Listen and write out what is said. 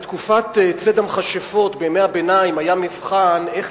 בתקופת ציד המכשפות בימי הביניים היה מבחן איך